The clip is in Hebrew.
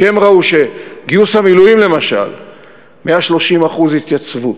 כשהם ראו שבגיוס המילואים למשל 130% התייצבות,